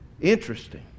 interesting